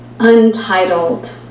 Untitled